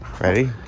Ready